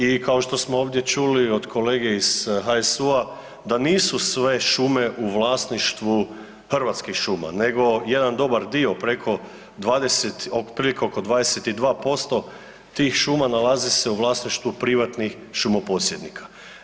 I kao što smo ovdje čuli od kolege iz HSU-a da nisu sve šume u vlasništvu Hrvatskih šuma, nego jedan dobar dio preko 20, otprilike 22% tih šuma nalazi se u vlasništvu privatnih šumoposjednika.